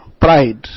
pride